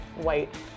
white